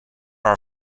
are